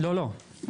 לא, לא.